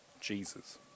Jesus